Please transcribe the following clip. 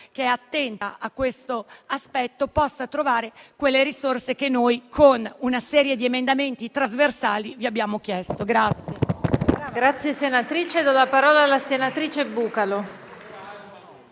che è attenta a questo aspetto, possano trovare quelle risorse che noi, con una serie di emendamenti trasversali, vi abbiamo chiesto.